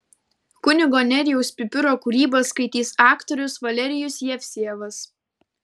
kunigo nerijaus pipiro kūrybą skaitys aktorius valerijus jevsejevas